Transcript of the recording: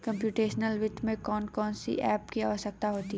computational वित्त में कौन कौन सी एप की आवश्यकता होती है